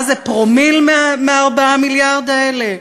מה זה, פרומיל מ-4 המיליארדים האלה?